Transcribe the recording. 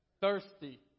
Thirsty